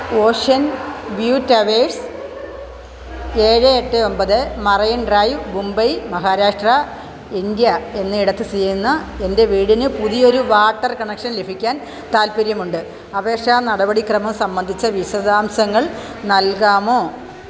ocean View Towers ഏഴ് എട്ട് ഒമ്പത് Marine Drive Mumbai Maharashtra India എന്നയിടത്ത് സ്ഥിതിചെയ്യുന്ന എൻ്റെ വീടിന് പുതിയൊരു വാട്ടർ കണക്ഷൻ ലഭിക്കാൻ താൽപ്പര്യമുണ്ട് അപേക്ഷാ നടപടിക്രമം സംബന്ധിച്ച വിശദാംശങ്ങൾ നൽകാമോ